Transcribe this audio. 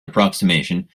approximation